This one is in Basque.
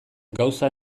gauza